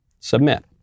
Submit